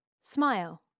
Smile